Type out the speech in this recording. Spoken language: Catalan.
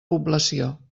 població